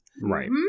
right